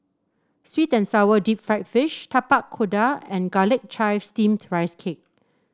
sweet and sour Deep Fried Fish Tapak Kuda and Garlic Chives Steamed Rice Cake